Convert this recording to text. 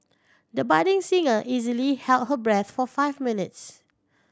the budding singer easily held her breath for five minutes